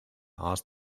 asked